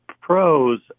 pros